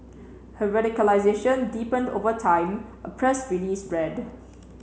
her radicalisation deepened over time a press release read